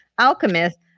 alchemists